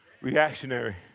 reactionary